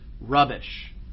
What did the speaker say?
rubbish